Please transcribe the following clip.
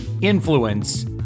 Influence